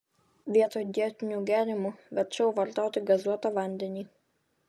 vietoj dietinių gėrimų verčiau vartoti gazuotą vandenį